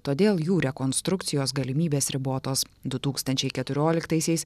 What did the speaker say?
todėl jų rekonstrukcijos galimybės ribotos du tūkstančiai keturioliktaisiais